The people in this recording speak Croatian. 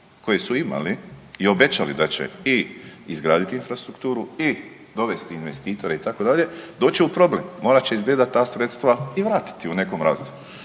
koje su imali i obećali da će i izgraditi infrastrukturu i dovesti investitore itd. doći će u problem, morat će izgleda ta sredstva i vratiti u nekom razdoblju.